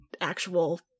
actual